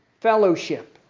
fellowship